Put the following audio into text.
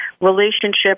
relationship